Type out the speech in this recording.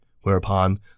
whereupon